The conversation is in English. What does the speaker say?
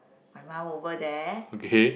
my mum over there